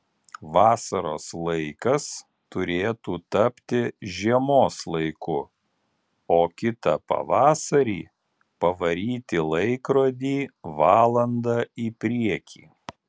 vasaros laikas turėtų tapti žiemos laiku o kitą pavasarį pavaryti laikrodį valanda į priekį